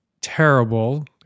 terrible